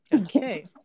Okay